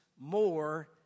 more